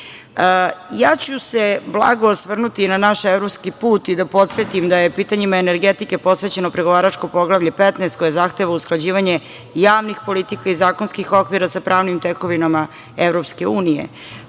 se blago na naš evropski put i da podsetim da je pitanjima energetike posvećeno pregovaračko Poglavlje 15, koje zahteva usklađivanje javnih politika i zakonskih okvira sa pravnim tekovinama EU.To je